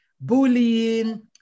bullying